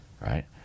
right